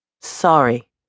Sorry